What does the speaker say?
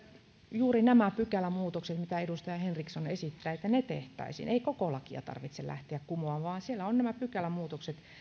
juuri nämä pykälämuutokset mitä edustaja henriksson esittää tehtäisiin ei koko lakia tarvitse lähteä kumoamaan vaan siellä on nämä pykälämuutokset